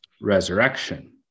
resurrection